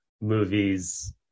movies